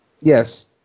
yes